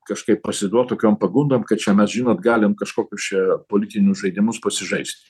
kažkaip pasiduot tokiom pagundom kad čia mes žinot galim kažkokius čia politinius žaidimus pasižaist